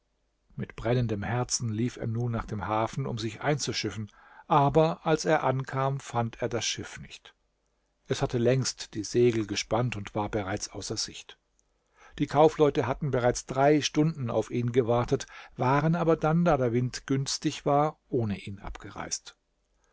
mit brennendem herzen lief er nun nach dem hafen um sich einzuschiffen aber als er ankam fand er das schiff nicht es hatte längst die segel gespannt und war bereits außer sicht die kaufleute hatten bereits drei stunden auf ihn gewartet waren aber dann da der wind günstig war ohne ihn abgereist